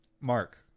mark